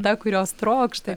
ta kurios trokšti